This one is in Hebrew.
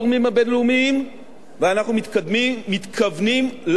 ואנחנו מתכוונים לעמוד בדבר הזה.